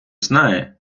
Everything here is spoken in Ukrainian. знає